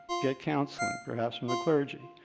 get counsel, and perhaps from a clergy.